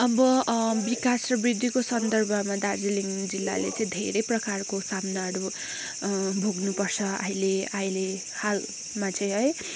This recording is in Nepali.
अब विकास र वृद्धिको सन्दर्भमा दार्जिलिङ जिल्लाले चाहिँ धेरै प्रकारको सामनाहरू भोग्नुपर्छ अहिले अहिले हालमा चाहिँ है